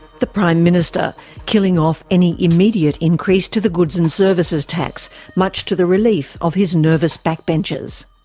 the prime minister killing off any immediate increase to the goods and services tax, much to the relief of his nervous back benchers.